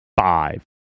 Five